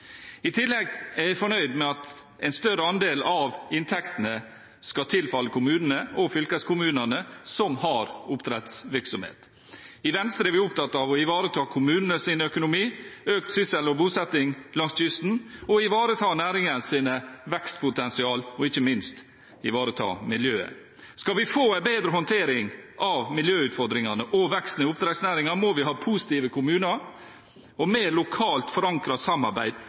I tillegg er jeg fornøyd med at en større andel av inntektene skal tilfalle de kommunene og fylkeskommunene som har oppdrettsvirksomhet. I Venstre er vi opptatt av å ivareta kommunenes økonomi, å øke sysselsettingen og bosettingen langs kysten, å ivareta næringens vekstpotensial og – ikke minst – ivareta miljøet. Skal vi få en bedre håndtering av miljøutfordringene og veksten i oppdrettsnæringen, må vi ha positive kommuner og mer lokalt forankret samarbeid